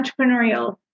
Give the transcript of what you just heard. entrepreneurial